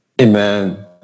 Amen